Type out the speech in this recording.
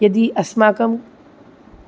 यदि अस्माकम्